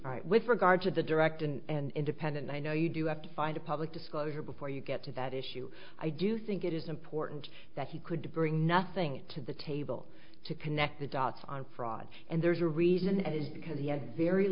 record with regard to the direct and independent i know you do have to find a public disclosure before you get to that issue i do think it is important that he could bring nothing to the table to connect the dots on fraud and there's a reason and is because he has very